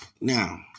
Now